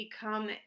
become